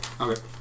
Okay